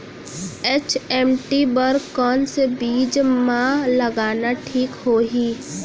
HMT बर कौन से बीज मा लगाना ठीक होही?